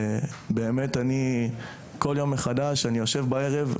כל יום מחדש אני יושב בערב,